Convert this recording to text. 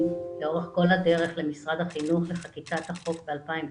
לאורך כל הדרך למשרד החינוך בחקיקת החוק ב-2008,